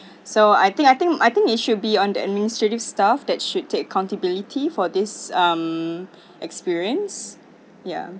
so I think I think I think it should be on the administrative staff that should take accountability for this um experience ya